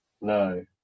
no